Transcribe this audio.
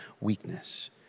weakness